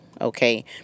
Okay